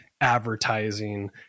advertising